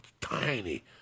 Tiny